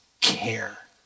care